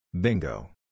Bingo